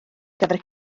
gyfer